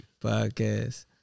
Podcast